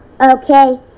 Okay